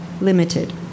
limited